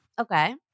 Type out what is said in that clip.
Okay